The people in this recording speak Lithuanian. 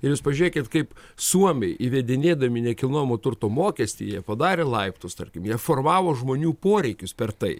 ir jūs pažiūrėkit kaip suomiai įvedinėdami nekilnojamojo turto mokestį jie padarė laiptus tarkim jie formavo žmonių poreikius per tai